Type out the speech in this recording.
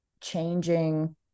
changing